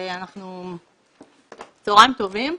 צהריים טובים.